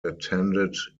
attended